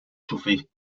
chauffer